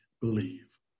believe